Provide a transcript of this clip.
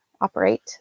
operate